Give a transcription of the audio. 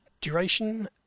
Duration